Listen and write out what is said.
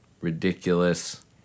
ridiculous